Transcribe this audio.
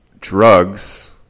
drugs